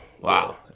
Wow